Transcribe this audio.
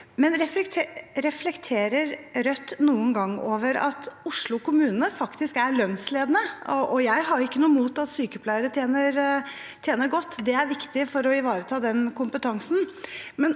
i lønn. Reflekterer Rødt noen gang over at Oslo kommune faktisk er lønnsledende? Jeg har ikke noe imot at sykepleiere tjener godt, det er viktig for å ivareta den kompetansen,